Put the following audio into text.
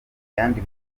yandi